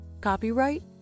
Copyright